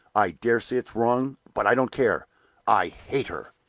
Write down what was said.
i dare say it's wrong, but i don't care i hate her!